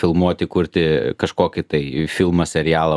filmuoti kurti kažkokį tai filmą serialą